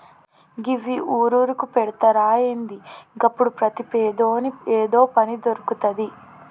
గివ్వి ఊరూరుకు పెడ్తరా ఏంది? గప్పుడు ప్రతి పేదోని ఏదో పని దొర్కుతది